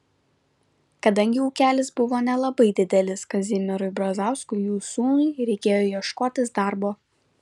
kadangi ūkelis buvo nelabai didelis kazimierui brazauskui jų sūnui reikėjo ieškotis darbo